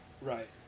Right